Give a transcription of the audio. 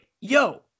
yo